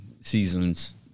seasons